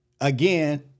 again